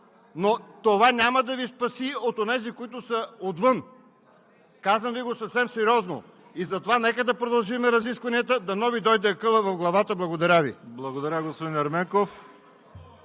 Но това няма да Ви спаси от онези, които са отвън! Казвам Ви го съвсем сериозно. И затова нека да продължим разискванията, дано Ви дойде акълът в главата. Благодаря Ви. (Шум и реплики.)